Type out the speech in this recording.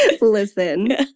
Listen